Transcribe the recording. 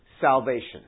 salvation